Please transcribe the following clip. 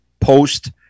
post